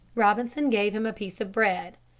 robinson gave him a piece of bread.